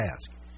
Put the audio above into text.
task